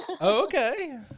Okay